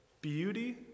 beauty